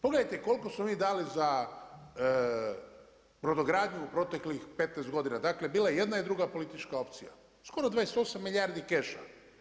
Pogledajte koliko smo mi dali za brodogradnju u proteklih 15 godina, dakle bila je jedna i druga politička opcija, skoro 28 milijardi keša.